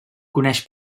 coneix